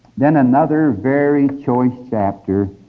then another very choice chapter